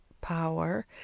power